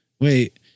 wait